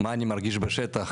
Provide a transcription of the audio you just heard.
מה אני מרגיש בשטח,